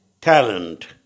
talent